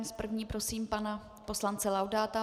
S první prosím pana poslance Laudáta.